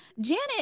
Janet